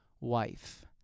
wife